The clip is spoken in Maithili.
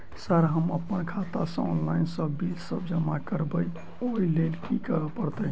सर हम अप्पन खाता सऽ ऑनलाइन सऽ बिल सब जमा करबैई ओई लैल की करऽ परतै?